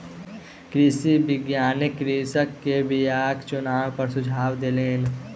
कृषि वैज्ञानिक कृषक के बीयाक चुनाव पर सुझाव देलैन